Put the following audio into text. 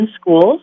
schools